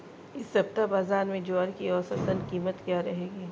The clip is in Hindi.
इस सप्ताह बाज़ार में ज्वार की औसतन कीमत क्या रहेगी?